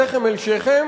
שכם אל שכם,